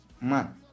man